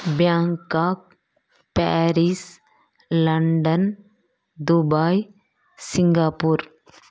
Bangkok Paris London Dubai Singapore